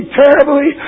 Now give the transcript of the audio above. terribly